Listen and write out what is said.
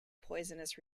poisonous